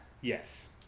Yes